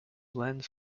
lens